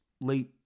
late